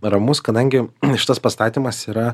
ramus kadangi šitas pastatymas yra